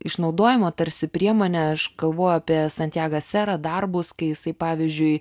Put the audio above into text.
išnaudojimo tarsi priemone aš galvoju apie santjaga sera darbus kai jisai pavyzdžiui